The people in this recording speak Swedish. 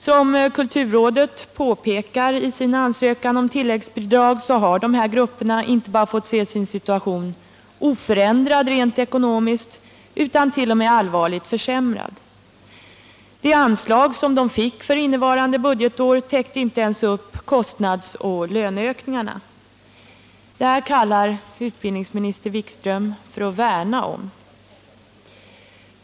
Som kulturrådet påpekar i sin ansökan om tilläggsbidrag har de här grupperna fått se sin situation inte bara oförändrad rent ekonomiskt utan t.o.m. allvarligt försämrad. Det anslag de fick för innevarande budgetår täckte inte ens upp kostnadsoch löneökningarna. Detta kallar utbildningsministern att värna om dessa grupper.